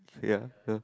ya !huh!